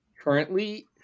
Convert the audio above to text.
currently